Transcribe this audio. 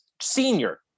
senior